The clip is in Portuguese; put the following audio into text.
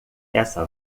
essa